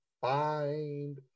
find